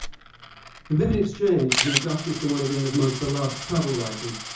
the vivid exchange between the duchess and one of england's most beloved travel writers,